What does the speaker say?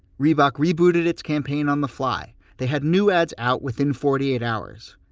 reebok rebooted its campaign on the fly. they had new ads out within forty eight hours.